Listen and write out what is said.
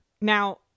Now